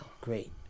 Great